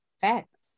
facts